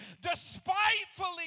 despitefully